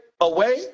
away